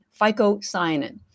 phycocyanin